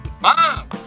Mom